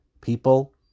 people